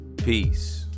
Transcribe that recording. Peace